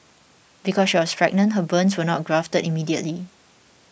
because she was pregnant her burns were not grafted immediately